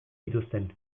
zituzten